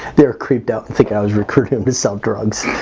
they're creeped out and think i was recruited with sell drugs.